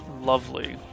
Lovely